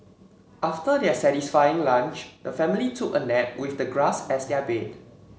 after their satisfying lunch the family took a nap with the grass as their bed